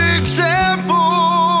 example